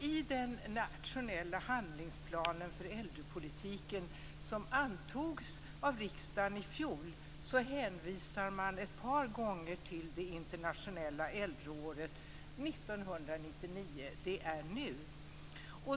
I den nationella handlingsplanen för äldrepolitiken som antogs av riksdagen i fjol hänvisar man ett par gånger till det internationella äldreåret 1999. Det är nu.